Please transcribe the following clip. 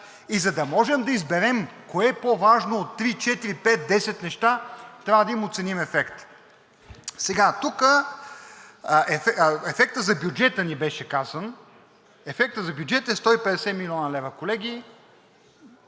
И за да можем да изберем кое е по-важно от три, четири, пет, десет неща, трябва да им оценим ефекта. Тук ефектът за бюджета ни беше казан. Ефектът за бюджета е 150 млн. лв., колеги,